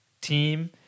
team